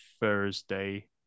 thursday